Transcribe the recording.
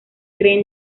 cree